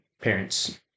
parents